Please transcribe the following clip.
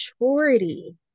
maturity